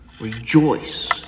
Rejoice